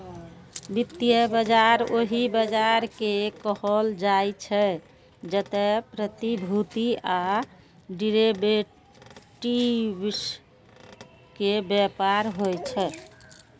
वित्तीय बाजार ओहि बाजार कें कहल जाइ छै, जतय प्रतिभूति आ डिरेवेटिव्स के व्यापार होइ छै